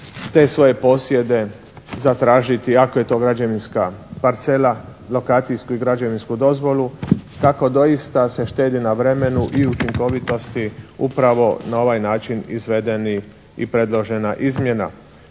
te svoje posjede zatražiti. I ako je to građevinska parcela lokacijsku i građevinsku dozvolu. Tako doista se štedi na vremenu i učinkovitosti upravo na ovaj način izvedeni i predložena izmjena.